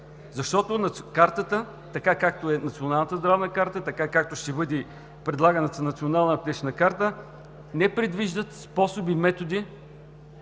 защото картата, така както е Националната здравна карта, така както ще бъде предлаганата национална аптечна карта, не предвижда способи, методи